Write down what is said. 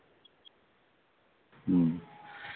ᱦᱩᱸ